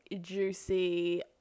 juicy